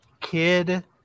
Kid